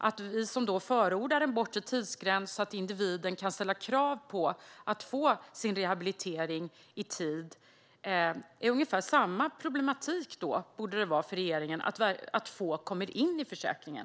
En bortre tidsgräns, som vi förordar så att individen kan ställa krav på att få sin rehabilitering i tid, borde vara ungefär samma problematik för regeringen som att få kommer in i försäkringen.